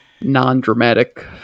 non-dramatic